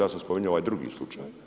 Ja sam spomenuo ovaj drugi slučaj.